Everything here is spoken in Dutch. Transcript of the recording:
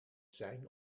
zijn